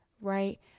right